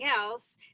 else